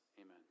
amen